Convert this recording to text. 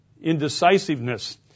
indecisiveness